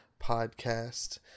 Podcast